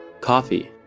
Coffee